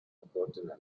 aboriginal